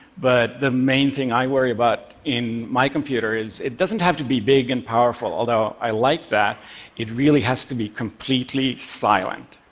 but the main thing i worry about in my computer is it doesn't have to be big and powerful, although i like that it really has to be completely silent.